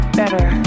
better